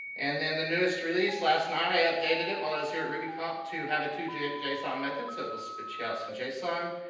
and then the newest release, last night i updated it while i was here at rubyconf to have it to ah json method, so it will spit you out some json.